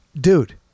dude